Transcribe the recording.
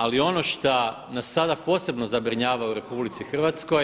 Ali ono šta nas sada posebno zabrinjava u RH